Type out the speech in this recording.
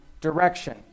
direction